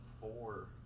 four